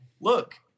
look